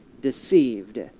deceived